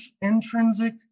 intrinsic